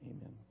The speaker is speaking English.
amen